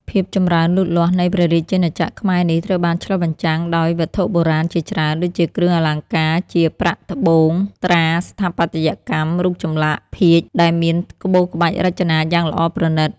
ភាពចម្រើនលូតលាស់នៃព្រះរាជាណាចក្រខ្មែរនេះ ត្រូវបានឆ្លុះបញ្ចាំងដោយ វត្ថុបុរាណជាច្រើន ដូចជាគ្រឿងអលង្ការជា ប្រាក់ ត្បូង ត្រា ស្ថាបត្យកម្ម រូបចម្លាក់ ភាជន៍ ដែលមាន ក្បូរក្បាច់រចនាយ៉ាងល្អប្រណិត ។